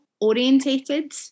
orientated